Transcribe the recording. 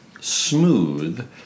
smooth